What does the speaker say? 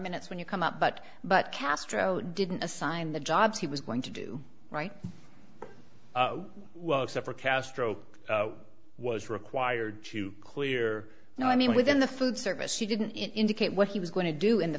minutes when you come up but but castro didn't assign the jobs he was going to do right well except for castro was required to clear now i mean within the food service she didn't indicate what he was going to do in the